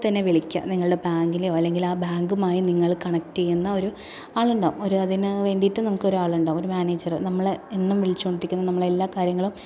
അപ്പോൾ തന്നെ വിളിക്കുക നിങ്ങൾ ബാങ്കിലെയോ അല്ലെങ്കിൽ ബാങ്കുമായി നിങ്ങൾ കണക്ട ചെയ്യുന്ന ഒരു ആളുണ്ടാകും ഒരു അതിന് വേണ്ടിയിട്ട് നമുക്ക് ഒരാളുണ്ടാകും ഒരു മാനേജർ നമ്മളെ എന്നും വിളിച്ചു കൊണ്ടിരിക്കുന്ന നമ്മൾ എല്ലാ കാര്യങ്ങളും